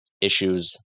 issues